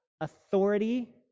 authority